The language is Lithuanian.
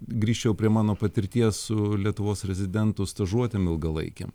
grįžčiau prie mano patirties su lietuvos rezidentų stažuotėm ilgalaikėm